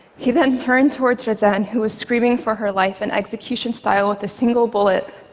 he then turned towards razan, who was screaming for her life, and, execution-style, with a single bullet